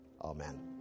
amen